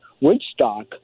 Woodstock